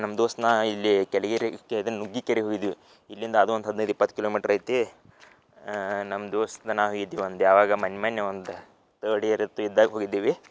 ನಮ್ಮ ದೋಸ್ತ್ನಾ ಇಲ್ಲಿ ಕೆಲಿಗೇರಿಗೆ ಇದನ್ನ ನುಗ್ಗಿಕೆರಿಗೆ ಹೋಗಿದ್ವಿ ಇಲ್ಲಿಂದ ಅದು ಒಂದು ಹದಿನೈದು ಇಪ್ಪತ್ತು ಕಿಲೋಮೀಟ್ರ್ ಐತಿ ನಮ್ಮ ದೋಸ್ತ ನಾ ಹೋಗಿದ್ವಿ ಒಂದು ಯಾವಾಗ ಮನ್ ಮೊನ್ನೆ ಒಂದು ತರ್ಡ್ ಇಯರ್ ಇತ್ತು ಇದ್ದಾಗ ಹೋಗಿದ್ದೀವಿ